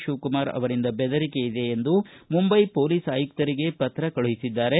ಶಿವಕುಮಾರ್ ಅವರಿಂದ ಬೆದರಿಕೆ ಇದೆ ಎಂದು ಮುಂಬೈ ಪೊಲೀಸ್ ಆಯುಕ್ತರಿಗೆ ಪತ್ರ ಕಳುಹಿಸಿದ್ದಾರೆ